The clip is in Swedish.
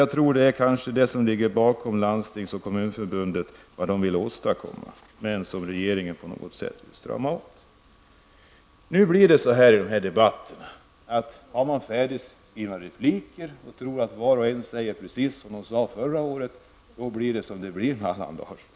Jag tror att det kan vara detta som ligger bakom vad landstings och kommunförbunden vill åstadkomma, men som regeringen på något sätt vill strama åt. Har man i denna debatt färdigskrivna repliker och tror att var och en säger som de sade förra året, då blir det som det blir, Allan Larsson.